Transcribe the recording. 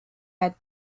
had